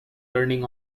turning